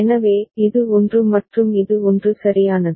எனவே இது 1 மற்றும் இது 1 சரியானது